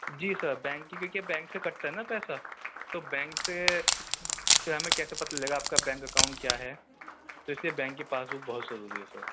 جی sir bank کی کیونکہ bank سے کٹتا ہے نا پیسہ تو بینک سے پھر ہمیں کیسے پتہ چلے گا آپ کا بینک اکاؤنٹ کیا ہے تو اس لیے بینک کی پاس بک بہت ضروری ہے سر